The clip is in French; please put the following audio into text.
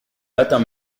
matin